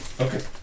Okay